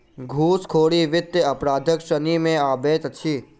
घूसखोरी वित्तीय अपराधक श्रेणी मे अबैत अछि